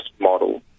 model